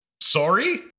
Sorry